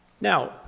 Now